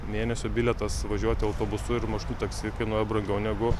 mėnesio bilietas važiuoti autobusu ir mašrutiniu taksi kainuoja brangiau negu